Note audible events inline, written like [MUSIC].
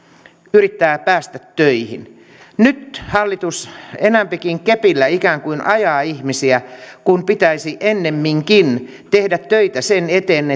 yrittää päästä töihin nyt hallitus enempikin ikään kuin kepillä ajaa ihmisiä kun pitäisi ennemminkin tehdä töitä sen eteen [UNINTELLIGIBLE]